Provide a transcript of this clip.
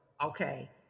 okay